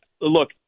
Look